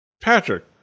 Patrick